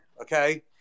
okay